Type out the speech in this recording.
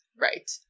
Right